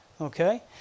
Okay